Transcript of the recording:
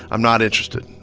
i'm not interested,